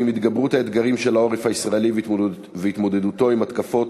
ועם התגברות האתגרים של העורף הישראלי והתמודדותו עם התקפות